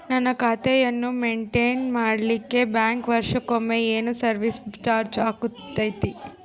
ನನ್ನ ಖಾತೆಯನ್ನು ಮೆಂಟೇನ್ ಮಾಡಿಲಿಕ್ಕೆ ಬ್ಯಾಂಕ್ ವರ್ಷಕೊಮ್ಮೆ ಏನು ಸರ್ವೇಸ್ ಚಾರ್ಜು ಹಾಕತೈತಿ?